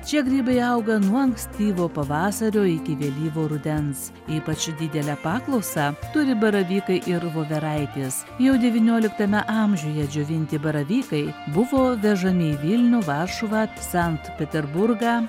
čia grybai auga nuo ankstyvo pavasario iki vėlyvo rudens ypač didelę paklausą turi baravykai ir voveraitės jau devynioliktame amžiuje džiovinti baravykai buvo vežami į vilnių varšuvą sankt peterburgą